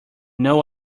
know